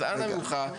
אז אנא ממך,